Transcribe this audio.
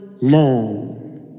long